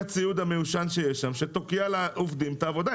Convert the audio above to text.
הציוד המיושן שיש שם שתוקע לעובדים את העבודה.